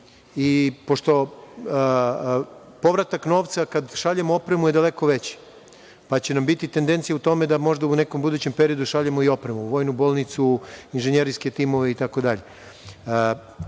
i pošto povratak novca, kada šaljemo opremu je daleko veći, pa će nam biti tendencija u tome da možda u nekom budućem periodu šaljemo i opremu, vojnu bolnicu, inžinjerske timove itd. Kada